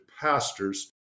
pastors